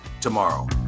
tomorrow